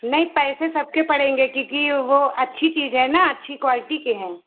नहीं पैसे सब के पड़ेंगे क्योंकि वह अच्छी चीज़ है ना अच्छी क्वालिटी के हैं